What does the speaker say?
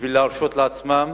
בשביל להרשות לעצמם